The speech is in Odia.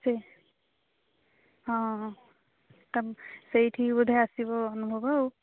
ସେ ହଁ ହଁ ସେଇଠିକି ବୋଧେ ଆସିବ ଅନୁଭବ ଆଉ